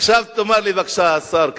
עכשיו תאמר לי, השר כחלון,